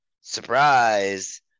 surprise